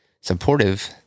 supportive